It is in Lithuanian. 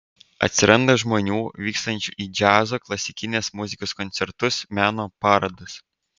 atsiranda žmonių vykstančių į džiazo klasikinės muzikos koncertus meno parodas